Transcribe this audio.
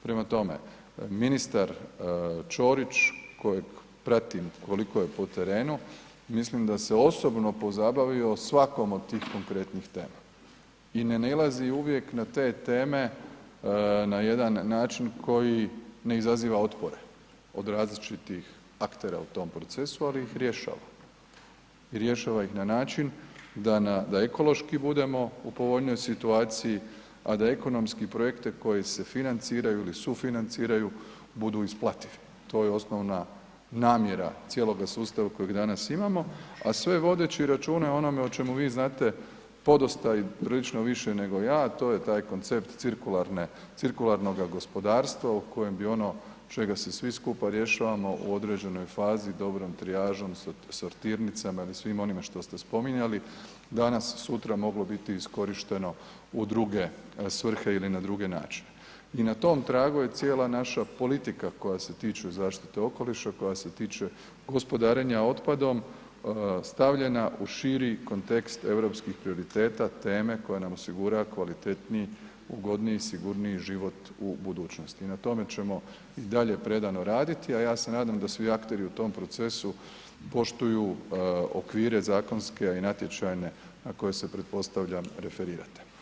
Prema tome, ministar Ćorić kojeg pratim koliko je po terenu, mislim da se osobno pozabavio svakom od tih konkretnih tema i ne nailazi uvijek na te teme na jedan način koji ne izaziva otpore od različitih aktera u tom procesu, ali ih rješava i rješava ih na način da ekološki budemo u povoljnijoj situaciji, a da ekonomski projekte koji se financiraju ili sufinanciraju budu isplativi, to je osnovna namjera cijeloga sustava kojega danas imamo, a sve vodeći računa o onome o čemu vi znate podosta i prilično više nego ja, a to je taj koncept cirkularnoga gospodarstva u kojem bi ono čega se svi skupa rješavamo u određenoj fazi i dobrom trijažom, sortirnicama ili svim onime što ste spominjali danas sutra moglo biti iskorišteno u druge svrhe ili na druge načine i na tom tragu je cijela naša politika koja se tiče zaštite okoliša, koja se tiče gospodarenja otpadom, stavljena u širi kontekst europskih prioriteta, teme koja nam osigurava kvalitetniji, ugodniji, sigurniji život u budućnosti i na tome ćemo i dalje predano raditi, a ja se nadam da svi akteri u tom procesu poštuju okvire zakonske, a i natječajne na koje se, pretpostavljam, referirate.